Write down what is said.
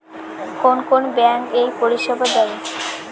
কোন কোন ব্যাঙ্ক এই পরিষেবা দেয়?